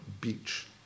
Beach